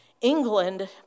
England